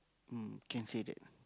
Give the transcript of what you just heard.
mm can say that